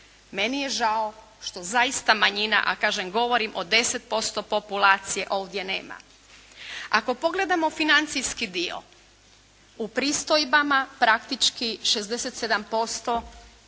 Meni je žao što zaista manjina, a kažem govorim o 10% populacije ovdje nema. Ako pogledamo financijski dio. U pristojbama praktički 67%